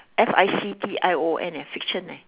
F I C T I O N eh fiction eh